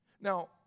Now